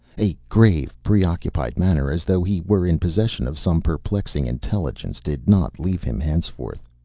a grave, preoccupied manner, as though he were in possession of some perplexing intelligence, did not leave him henceforth.